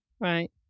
Right